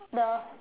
the